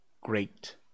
great